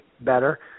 better